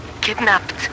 kidnapped